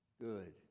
Good